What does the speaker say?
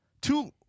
two